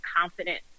confidence